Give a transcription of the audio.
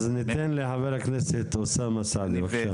אז ניתן לחבר הכנסת אוסאמה סעדי, בבקשה.